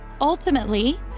Ultimately